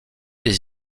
des